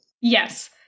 Yes